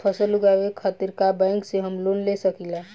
फसल उगावे खतिर का बैंक से हम लोन ले सकीला?